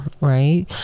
right